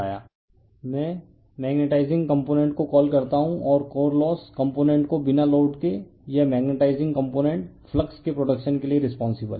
refer slide time 2618 मैं magnetizing component को call करता हूं और कोर लॉस कंपोनेंट्स को बिना लोड के यह मैग्नेटाइजिंग कंपोनेंट फ्लक्स के प्रोडक्शन के लिए रिस्पोंसिबल है